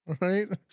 Right